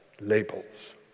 labels